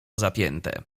zapięte